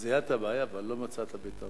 הוא זיהה את הבעיה אבל לא מצא את הפתרון.